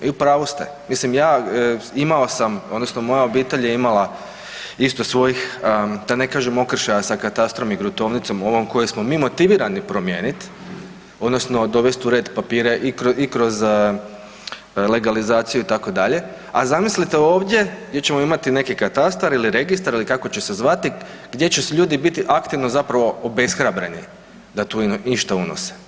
I u pravu ste, mislim moja obitelj je imala isto svojih da ne kažem okršaja sa katastrom i gruntovnicom ovom kojom smo mi motivirani promijenit odnosno dovest u red papire i kroz legalizaciji itd., a zamislite ovdje gdje ćemo imati neki katastar ili registar ili kako će se zvati gdje će ljudi biti aktivno zapravo obeshrabreni da tu išta unose.